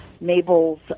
Mabel's